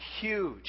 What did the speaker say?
huge